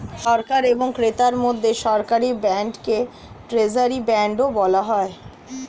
সরকার এবং ক্রেতার মধ্যে সরকারি বন্ডকে ট্রেজারি বন্ডও বলা হয়